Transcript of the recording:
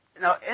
now